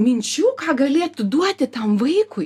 minčių ką galėtų duoti tam vaikui